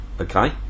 okay